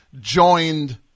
joined